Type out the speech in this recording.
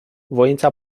voința